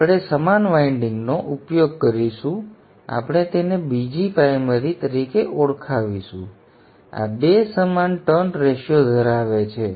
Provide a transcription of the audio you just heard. તેથી આપણે સમાન વાઇન્ડિંગનો ઉપયોગ કરીશું આપણે તેને બીજી પ્રાઇમરી તરીકે ઓળખાવીશું આ 2 સમાન ટર્ન રેશિયો ધરાવે છે